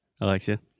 Alexia